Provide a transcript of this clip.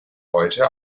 heute